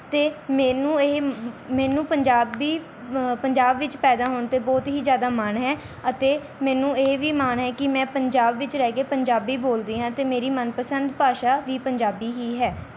ਅਤੇ ਮੈਨੂੰ ਇਹ ਮੈਨੂੰ ਪੰਜਾਬੀ ਪੰਜਾਬ ਵਿੱਚ ਪੈਦਾ ਹੋਣ 'ਤੇ ਬਹੁਤ ਹੀ ਜ਼ਿਆਦਾ ਮਾਣ ਹੈ ਅਤੇ ਮੈਨੂੰ ਇਹ ਵੀ ਮਾਣ ਹੈ ਕਿ ਮੈਂ ਪੰਜਾਬ ਵਿੱਚ ਰਹਿ ਕੇ ਪੰਜਾਬੀ ਬੋਲਦੀ ਹਾਂ ਅਤੇ ਮੇਰੀ ਮਨਪਸੰਦ ਭਾਸ਼ਾ ਵੀ ਪੰਜਾਬੀ ਹੀ ਹੈ